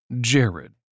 Jared